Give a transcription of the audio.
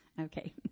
Okay